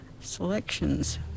selections